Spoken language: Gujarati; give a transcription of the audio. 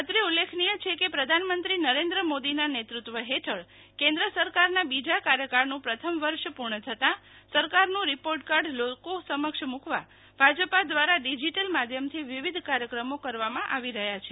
અત્રે ઉલ્લેખનીય છે કે પ્રધાનમંત્રી નરેન્દ્ર મોદીના નેતૃત્વ હેઠળ કેન્દ્ર સરકારના બીજા કાર્યકાળનું પ્રથમ વર્ષ પૂર્ણ થતાં સરકારનું રિપોર્ટ કાર્ડ લોકો સમક્ષ મૂકવા ભાજપના દ્વારા ડીજીટલ માધ્યમથી વિવીધ કાર્યક્રમો કરવામાં આવી રહ્યા છે